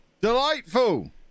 Delightful